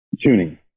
tuning